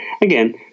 again